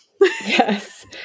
Yes